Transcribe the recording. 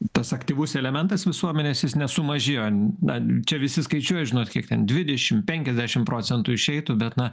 tas aktyvus elementas visuomenės jis nesumažėjo na čia visi skaičiuoja žinot kiek ten dvidešim penkiasdešim procentų išeitų bet na